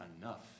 enough